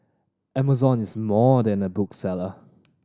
Amazon is more than a bookseller